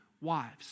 wives